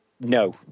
No